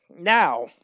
now